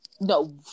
no